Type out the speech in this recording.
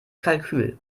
kalkül